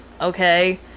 okay